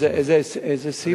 איזה סעיף?